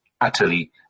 utterly